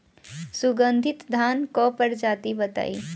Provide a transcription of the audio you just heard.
सुगन्धित धान क प्रजाति बताई?